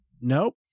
Nope